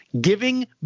giving